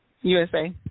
USA